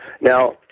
Now